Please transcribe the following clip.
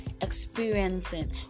Experiencing